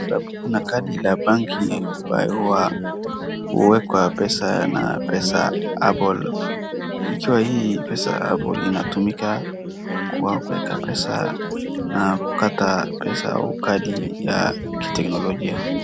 Hapo kuna kadi ya banki ambayo huwa huwekwa pesa na pesa habol , ikiwa hii pesa habol inatumika kwa kuweka pesa na kukata pesa au kadi ya kiteknologia.